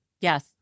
Yes